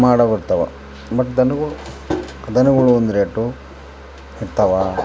ಮಾಡೋವು ಇರ್ತಾವೆ ಬಟ್ ದನಗಳು ದನಗಳು ಒಂದು ರೇಟು ಇರ್ತಾವೆ